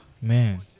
man